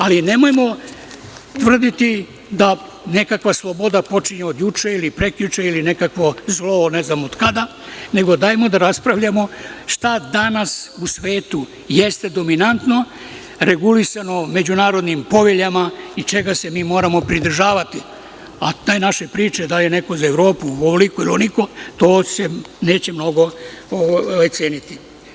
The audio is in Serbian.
Ali, nemojmo tvrditi da nekakva sloboda počinje od juče ili prekjuče, ili nekakvo zlo, ne znam od kada, nego dajmo da raspravljamo šta danas u svetu jeste dominantno regulisano međunarodnim poveljama i čega se mi moramo pridržavati, a te naše priče da li je neko za Evropu, ovoliko ili onoliko, to se neće mnogo ceniti.